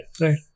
Right